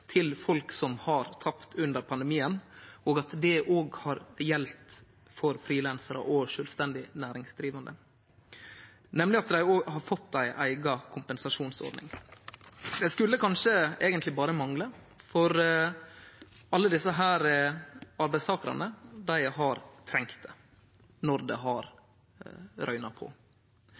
til folk som har tapt under pandemien, at det òg har gjeldt for frilansarar og sjølvstendig næringsdrivande, nemleg at dei har fått ei eiga kompensasjonsordning. Det skulle kanskje eigentleg berre mangle, for alle desse arbeidstakarane har trunge det når det har røynt på.